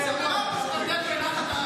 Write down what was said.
אני עזרתי לחברת